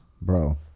bro